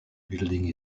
building